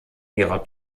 ihrer